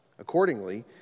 Accordingly